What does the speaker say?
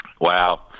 Wow